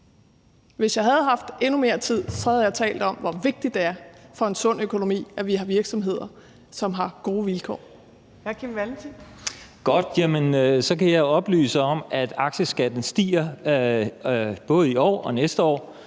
hvis jeg havde haft endnu mere tid, så havde jeg talt om, hvor vigtigt det er for en sund økonomi, at vi har virksomheder, som har gode vilkår.